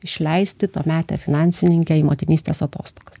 išleisti tuometę finansininke į motinystės atostogas